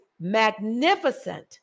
magnificent